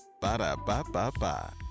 Ba-da-ba-ba-ba